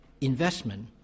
Investment